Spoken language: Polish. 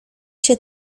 się